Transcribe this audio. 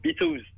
Beatles